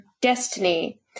destiny